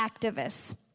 activists